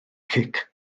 cic